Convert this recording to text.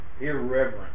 irreverent